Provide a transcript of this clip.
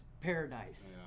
paradise